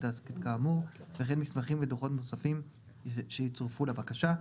העסקית כאמור וכן מסמכים ודוחות נוספים שיצורפו לבקשה.